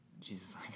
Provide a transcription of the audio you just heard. jesus